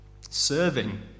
Serving